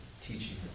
Teaching